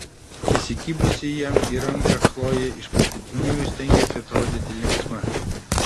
įsikibusi jam į ranką chlojė iš paskutiniųjų stengėsi atrodyti linksma